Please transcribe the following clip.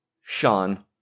Sean